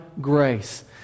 grace